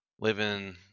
living